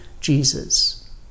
Jesus